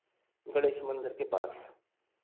गणेश मंदिर के पास